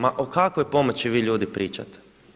Ma o kakvoj pomoći vi ljudi pričate?